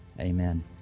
amen